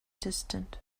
distant